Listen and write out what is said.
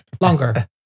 longer